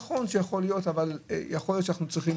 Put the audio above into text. נכון שיכול להיות אבל יכול להיות אנחנו לא